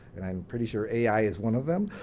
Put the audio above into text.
and i'm pretty sure ai is one of them,